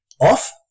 off